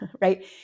Right